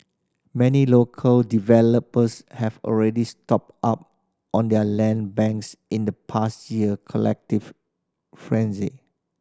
many local developers have already stocked up on their land banks in the past year collective frenzy